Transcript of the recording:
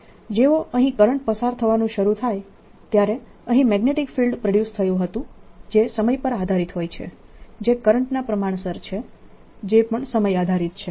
જેવો અહીં કરંટ પસાર થવાનું શરુ થાય ત્યારે અહીં મેગ્નેટીક ફિલ્ડ પ્રોડ્યુસ થયું હતું જે સમય પર આધારિત હોય છે જે કરંટના પ્રમાણસર છે જે પણ સમય આધારિત છે